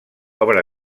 obra